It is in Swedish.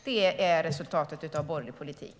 Det är resultatet av borgerlig politik.